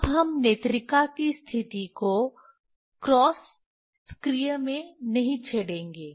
अब हम नेत्रिका की स्थिति को क्रॉस सक्रिय में नहीं छेड़ेंगे